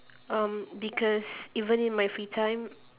um because even in my free time